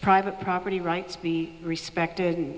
private property rights be respected and